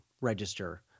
register